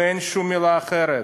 ואין שום מילה אחרת,